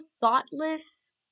thoughtless